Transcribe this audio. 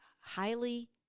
highly